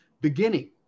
Beginning